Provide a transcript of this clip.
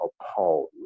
appalled